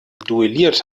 duelliert